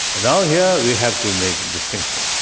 now here we have to make distinction.